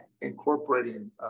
incorporating